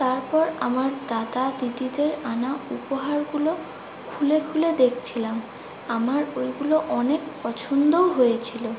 তারপর আমার দাদা দিদিদের আনা উপহারগুলো খুলে খুলে দেখছিলাম আমার ওইগুলো অনেক পছন্দও হয়েছিলো